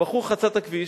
הבחור חצה את הכביש,